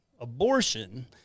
abortion